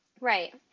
Right